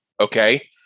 Okay